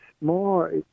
more